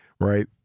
right